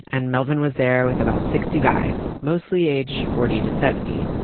and melvin was there with about sixty guys, mostly aged forty to seventy,